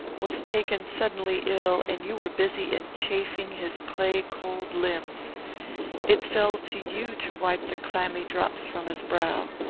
was taken suddenly ill, and you were busy in chafing his clay-cold limbs it fell to you to wipe the clammy drops from his brow.